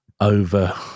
over